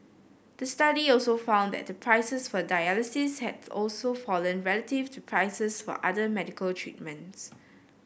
the study also found that the prices for dialysis had also fallen relative to prices for other medical treatments